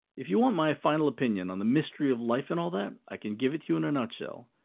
if you want my final opinion on the mystery of life and all that, i can give it to you in a nutshell.